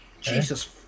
Jesus